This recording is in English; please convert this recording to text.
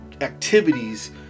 Activities